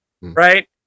right